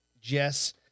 Jess